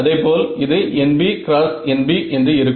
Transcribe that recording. அதேபோல் இது NB X NB என்று இருக்கும்